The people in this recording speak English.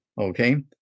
Okay